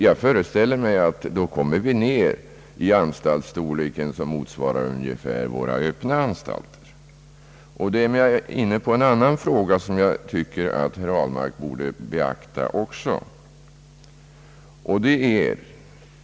Jag föreställer mig att vi då kommer ner i en anstaltsstorlek som motsvarar ungefär våra öppna anstalter. Därmed är jag inne på en annan fråga som jag tycker att herr Ahlmark också borde beakta.